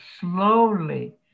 slowly